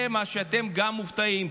גם שאתם מופתעים,